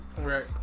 Right